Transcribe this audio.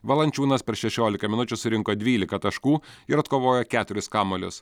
valančiūnas per šešiolika minučių surinko dvylika taškų ir atkovojo keturis kamuolius